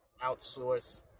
outsource